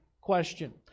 question